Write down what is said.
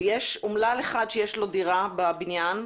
ויש אומלל אחד שיש לו דירה בבניין,